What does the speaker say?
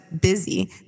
busy